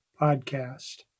podcast